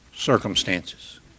circumstances